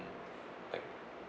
like